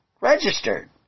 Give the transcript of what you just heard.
registered